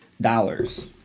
dollars